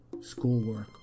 schoolwork